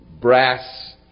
brass